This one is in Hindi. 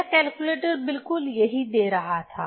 मेरा कैलकुलेटर बिल्कुल यही दे रहा था